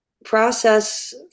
process